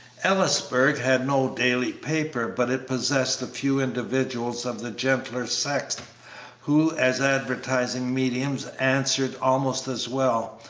ellisburg had no daily paper, but it possessed a few individuals of the gentler sex who as advertising mediums answered almost as well,